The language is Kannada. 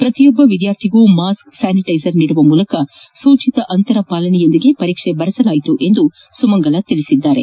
ಪ್ರತಿಯೊಬ್ಬ ವಿದ್ಯಾರ್ಥಿಗೂ ಮಾಸ್ಕ್ ಸ್ಥಾನಿಟ್ಟಿಸರ್ ನೀಡುವ ಮೂಲಕ ಸೂಚಿತ ಅಂತರ ಪಾಲನೆಯೊಂದಿಗೆ ಪರೀಕ್ಷೆ ಬರೆಸಲಾಯಿತು ಎಂದು ಸುಮಂಗಲ ತಿಳಿಸಿದರು